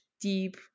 deep